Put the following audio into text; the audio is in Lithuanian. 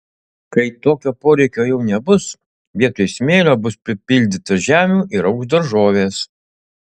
kai tokio poreikio jau nebus vietoj smėlio bus pripildyta žemių ir augs daržovės